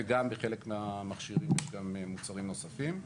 וגם בחלק מהמכשירים יש גם מוצרים נוספים.